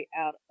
out